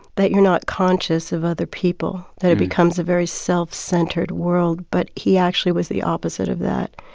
that you're not conscious of other people that it becomes a very self-centered world. but he actually was the opposite of that.